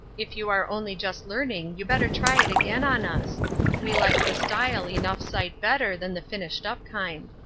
if you are only just learning you better try it again on us we like the style enough sight better than the finished up kind.